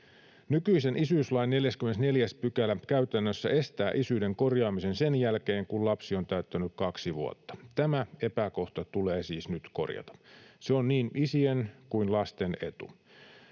Nykyisen isyyslain 44 § käytännössä estää isyyden korjaamisen sen jälkeen kun lapsi on täyttänyt kaksi vuotta. Tämä epäkohta tulee siis nyt korjata. Se on niin isien kuin lasten etu.